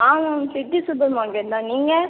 ஆமாம் city supermarket தான் நீங்கள்